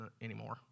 anymore